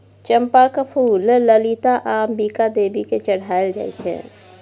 चंपाक फुल ललिता आ अंबिका देवी केँ चढ़ाएल जाइ छै